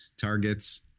targets